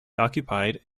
occupied